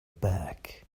back